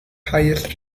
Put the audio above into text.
highest